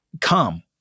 come